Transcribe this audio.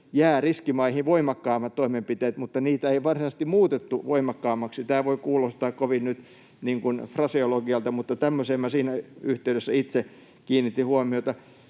jää riskimaihin voimakkaammat toimenpiteet, mutta niitä ei varsinaisesti muutettu voimakkaammiksi. Tämä voi kuulostaa kovin nyt niin kuin fraseologialta, mutta tämmöiseen siinä yhteydessä itse kiinnitin huomiota.